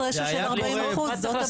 בגלל זה זה בלוס רשיו של 40%, זאת הבעיה.